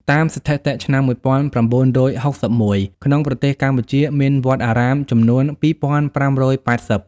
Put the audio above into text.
តាមស្ថិតិឆ្នាំ១៩៦១ ក្នុងប្រទេសកម្ពុជា មានវត្តអារាមចំនួន២៥៨០ ។